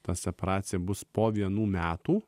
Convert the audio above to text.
ta separacija bus po vienų metų